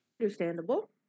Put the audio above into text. Understandable